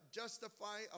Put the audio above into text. justify